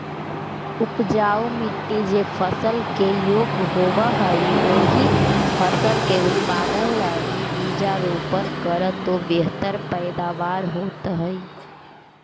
उपजाऊ मट्टी जे फसल के योग्य होवऽ हई, ओही फसल के उत्पादन लगी बीजारोपण करऽ तो बेहतर पैदावार होतइ